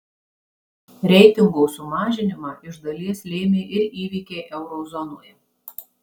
reitingo sumažinimą iš dalies lėmė ir įvykiai euro zonoje